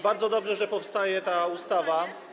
Bardzo dobrze, że powstaje ta ustawa.